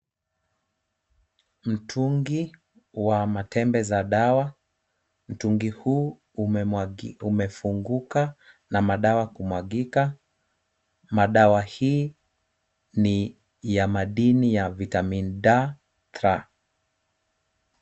Mtungi wa matembe za dawa. Mtungi huu umefunguka na madawa kumwagika. Madawa hii ni ya madini ya vitamin D tra .